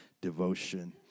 devotion